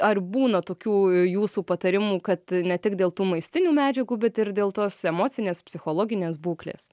ar būna tokių jūsų patarimų kad ne tik dėl tų maistinių medžiagų bet ir dėl tos emocinės psichologinės būklės